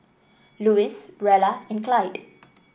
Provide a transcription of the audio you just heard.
Louis Rella and Clyde